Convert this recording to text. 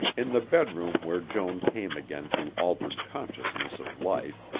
in the bedroom where joan came again to altered consciousness of life,